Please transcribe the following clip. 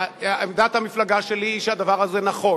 עמדת המפלגה שלי היא שהדבר הזה נכון.